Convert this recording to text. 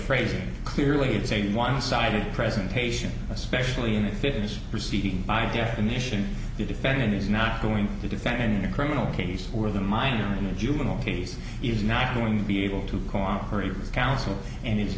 phrasing clearly it's a one sided presentation especially in a fish proceeding by definition the defendant is not going to defend a new criminal case or the minor in a juvenile case is not going to be able to cooperate with counsel and it's